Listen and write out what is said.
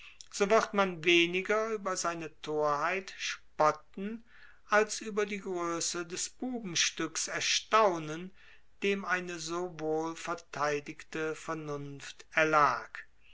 so wird man weniger über seine torheit spotten als über die größe des bubenstücks erstaunen dem eine so wohl verteidigte vernunft erlag